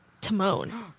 Timon